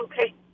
Okay